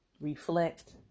reflect